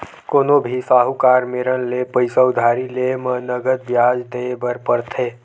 कोनो भी साहूकार मेरन ले पइसा उधारी लेय म नँगत बियाज देय बर परथे